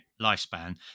lifespan